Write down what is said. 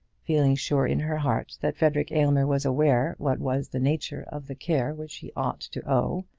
feeling sure in her heart that frederic aylmer was aware what was the nature of the care which he ought to owe,